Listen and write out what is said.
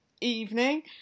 evening